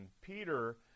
Peter